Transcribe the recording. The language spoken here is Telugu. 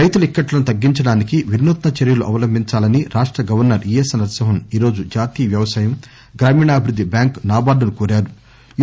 రైతుల ఇక్కట్లను తగ్గించడానికి వినూత్న చర్యలు అవలంబించాలని రాష్ట గవర్నర్ ఈఎస్ఎల్ నరసింహన్ ఈ రోజు జాతీయ వ్యవసాయ గ్రామీణాభివృద్ది బ్యాంకు నాబర్దును కోరారు